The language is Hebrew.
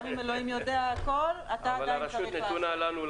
גם אם אלוהים יודע הכול, אתה עדיין צריך לעשות.